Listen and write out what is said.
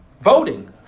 voting